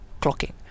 clocking